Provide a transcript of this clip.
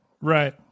right